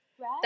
Right